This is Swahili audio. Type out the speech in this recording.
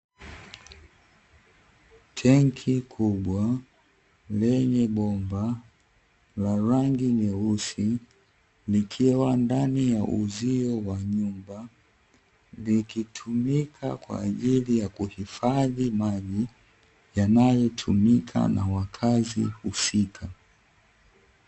Tenki kubwa lenye bomba la rangi nyeusi likiwa ndani ya uzio wa nyumba, likitumika kwa ajili ya kuhifadhi maji yanayotumika na wakazi husika.